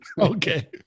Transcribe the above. Okay